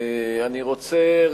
אני רוצה,